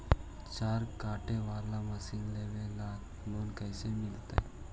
चारा काटे बाला मशीन लेबे ल लोन मिल जितै का?